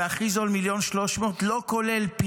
והכי זול ב-1.3 מיליון,